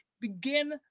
begin